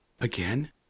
Again